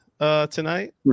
tonight